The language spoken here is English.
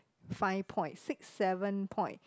five point six seven point